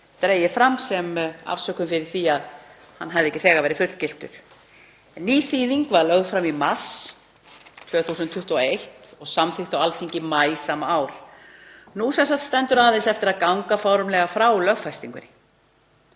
dregið fram sem afsökun fyrir því að hann hefði ekki þegar verið fullgiltur. Ný þýðing var lögð fram í mars 2021 og samþykkt á Alþingi í maí sama ár. Nú stendur aðeins eftir að ganga formlega frá lögfestingunni.